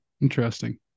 interesting